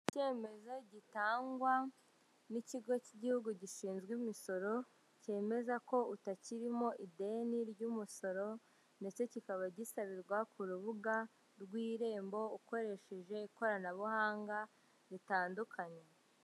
Icyemezo gitangwa n'ikigo cy'igihugu gishinzwe imisoro, cyemeza ko utakirimo ideni ry'umusoro ndetse kikaba gisabirwa ku rubuga rw'Irembo ukoresheje ikoranabuhanga ritandukanye.